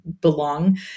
belong